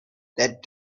that